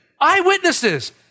Eyewitnesses